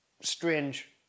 Strange